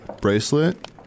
bracelet